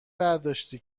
برداشتی